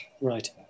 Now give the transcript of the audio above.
Right